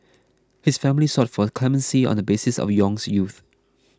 his family sought for clemency on the basis of Yong's youth